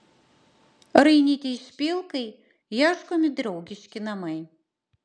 rainytei špilkai ieškomi draugiški namai